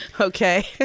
okay